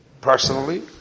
personally